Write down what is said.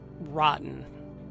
rotten